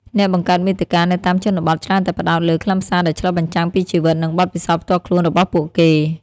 អ្នកបង្កើតមាតិកានៅតាមជនបទច្រើនតែផ្តោតលើខ្លឹមសារដែលឆ្លុះបញ្ចាំងពីជីវិត និងបទពិសោធន៍ផ្ទាល់ខ្លួនរបស់ពួកគេ។